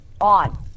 On